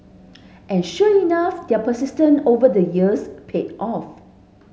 and sure enough their persistence over the years paid off